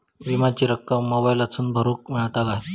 विमाची रक्कम मोबाईलातसून भरुक मेळता काय?